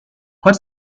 what